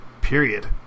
Period